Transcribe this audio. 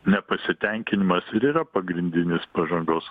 nepasitenkinimas ir yra pagrindinis pažangos